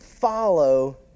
Follow